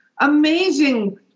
amazing